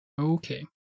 Okay